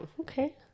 Okay